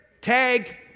Tag